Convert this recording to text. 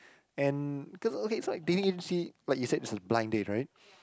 and cause okay so like dating agency like you said is a blind date right